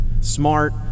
Smart